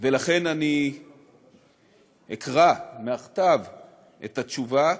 ולכן אני אקרא מהכתב את התשובה,